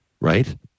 right